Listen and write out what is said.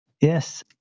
Yes